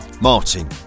Martin